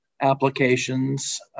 applications